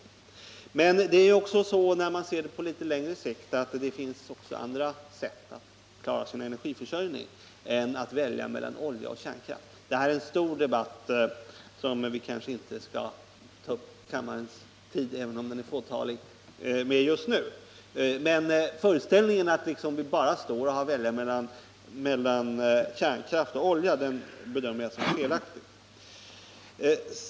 Men när man ser det hela på litet längre sikt finner man att det också finns andra sätt att klara sin energiförsörjning än att välja mellan olja och kärnkraft. Det här är en stor debattfråga, som vi kanske inte skall ta upp kammarledamö ternas tid med just nu — även om mycket få är närvarande här. Men föreställningen att vi bara har att välja mellan kärnkraft och olja bedömer jag som felaktig.